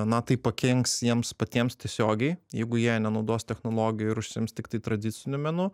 na tai pakenks jiems patiems tiesiogiai jeigu jie nenaudos technologijų ir užsiims tiktai tradiciniu menu